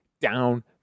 down